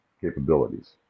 capabilities